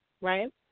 right